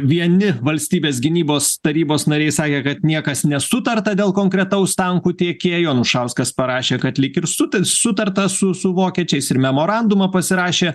vieni valstybės gynybos tarybos nariai sakė kad niekas nesutarta dėl konkretaus tankų tiekėjo anušauskas parašė kad lyg ir sut sutarta su su vokiečiais ir memorandumą pasirašė